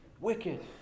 wicked